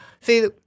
See